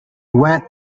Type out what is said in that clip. went